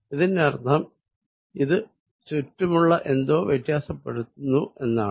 ഇതിനർത്ഥം ഇത് ചുറ്റുമുള്ള എന്തോ വ്യത്യാസപ്പെടുത്തുന്നു എന്നാണ്